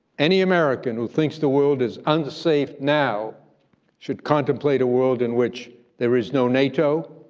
any american who thinks the world is unsafe now should contemplate a world in which there is no nato,